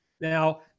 Now